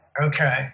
Okay